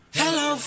hello